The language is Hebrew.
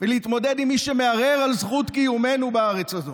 ולהתמודד עם מי שמערער על זכות קיומנו בארץ הזאת.